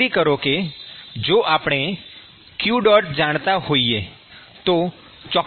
ખાતરી કરો કે જો આપણે q જાણતા હોઈએ તો ચોક્કસ શોધી શકીશું